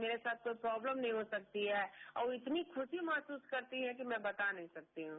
मेरे साथ कोई प्रोब्लम्स नहीं हो सकती है और इतनी खुशी महसूस करती है कि मैं बता नहीं सकती हूं